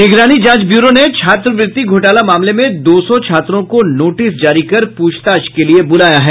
निगरानी जांच ब्यूरो ने छात्रवृत्ति घोटाला मामले में दो सौ छात्रों को नोटिस जारी कर पूछताछ के लिये बुलाया है